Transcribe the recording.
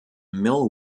mill